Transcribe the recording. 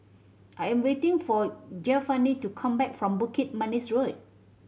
I am waiting for Giovanni to come back from Bukit Manis Road